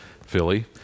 philly